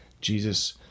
Jesus